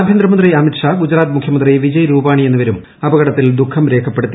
ആഭ്യന്തരമന്ത്രി അമിത് ഷാ ഗുജറാത്ത് മുഖ്യമന്ത്രി വിജയ് രൂപാനി എന്നിവരും അപകടത്തിൽ ദുഃഖം രേഖപ്പെടുത്തി